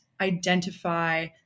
identify